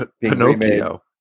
Pinocchio